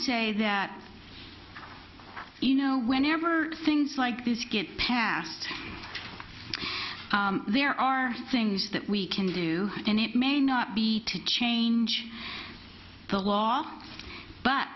say that you know whenever things like this get passed there are things that we can do and it may not be to change the law but